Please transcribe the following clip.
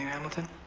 hamilton?